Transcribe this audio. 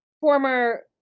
former